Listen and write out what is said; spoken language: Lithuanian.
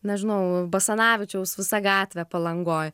nežinau basanavičiaus visa gatvė palangoj